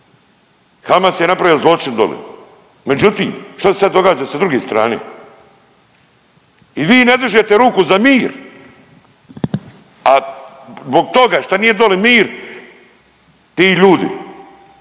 Hamas je napravio zločin dole, međutim što se sad događa s druge strane i vi ne dižete ruku za mir, a zbog toga što nije dole mir ti ljudi